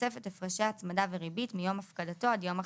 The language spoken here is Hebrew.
בתוספת הפרשי הצמדה וריבית מיום הפקדתו עד יום החזרתו.